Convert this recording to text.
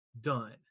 done